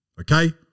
Okay